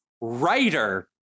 Writer